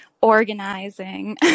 organizing